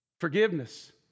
Forgiveness